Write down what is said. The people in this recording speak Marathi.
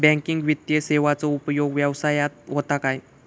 बँकिंग वित्तीय सेवाचो उपयोग व्यवसायात होता काय?